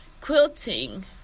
quilting